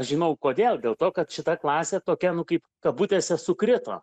aš žinau kodėl dėl to kad šita klasė tokia nu kaip kabutėse sukrito